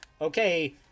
okay